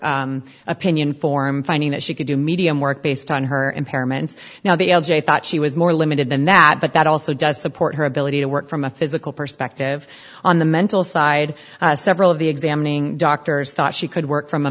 opinion form finding that she could do medium work based on her impairments now the l j thought she was more limited than that but that also does support her ability to work from a physical perspective on the mental side several of the examining doctors thought she could work from a